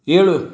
ಏಳು